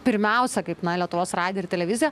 pirmiausia kaip na lietuvos radiją ir televiziją